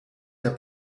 der